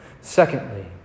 Secondly